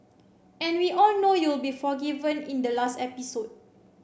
and we all know you'll be forgiven in the last episode